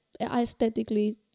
aesthetically